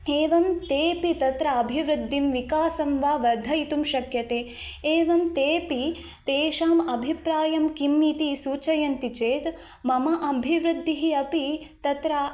एवं तेऽपि तत्र अभिवृद्धिं विकासं वा वर्धयितुं शक्यते एवं तेऽपि तेषाम् अभिप्रायं किम्मिति सूचयन्ति चेत् मम अभिवृद्धिः अपि तत्र